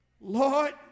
Lord